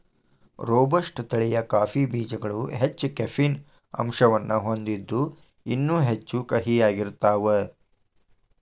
robusta ತಳಿಯ coffee ಬೇಜಗಳು ಹೆಚ್ಚ ಕೆಫೇನ್ ಅಂಶವನ್ನ ಹೊಂದಿದ್ದು ಇನ್ನೂ ಹೆಚ್ಚು ಕಹಿಯಾಗಿರ್ತಾವ